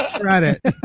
credit